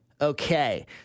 Okay